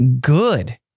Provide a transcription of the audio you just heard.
good